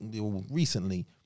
Recently